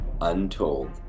Untold